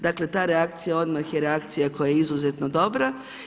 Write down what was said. Dakle, ta reakcija odmah je reakcija koja je izuzetno dobra.